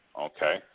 okay